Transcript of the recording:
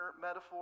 metaphor